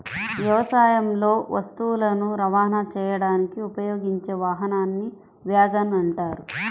వ్యవసాయంలో వస్తువులను రవాణా చేయడానికి ఉపయోగించే వాహనాన్ని వ్యాగన్ అంటారు